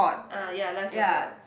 ah ya life support